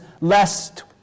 lest